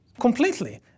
Completely